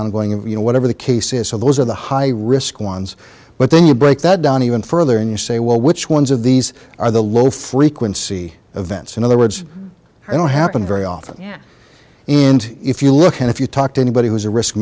ongoing you know whatever the case is so those are the high risk ones but then you break that down even further and you say well which ones of these are the low frequency events in other words i don't happen very often yeah and if you look and if you talk to anybody who's a risk